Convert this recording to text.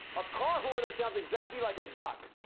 a car horn that sounds exactly like a duck.